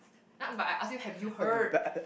ah but I asked you have you heard